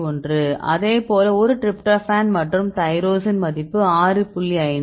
1 அதேபோல் ஒரு டிரிப்டோபான்மற்றும் தைரோசின் மதிப்பு 6